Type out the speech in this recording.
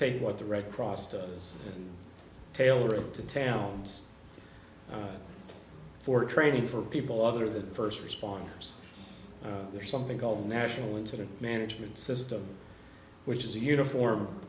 take what the red cross does and tailor it to towns for training for people other than first responders there something called national incident management system which is a uniform